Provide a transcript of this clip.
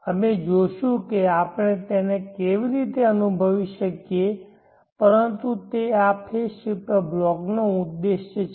અમે જોશું કે આપણે તેને કેવી રીતે અનુભવી શકીએ પરંતુ તે આ ફેઝ શિફ્ટર બ્લોકનો ઉદ્દેશ છે